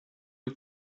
you